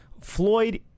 Floyd